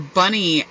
bunny